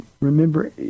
Remember